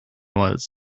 was